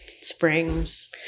springs